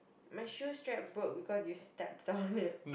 my shoe strap broke because you step on it